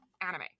anime